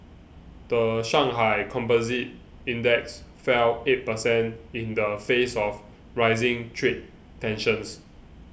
the Shanghai Composite Index fell eight per cent in the face of rising trade tensions